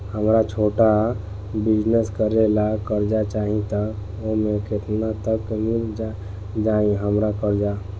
हमरा छोटा बिजनेस करे ला कर्जा चाहि त ओमे केतना तक मिल जायी हमरा कर्जा?